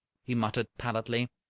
he muttered, pallidly.